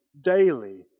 daily